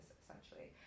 essentially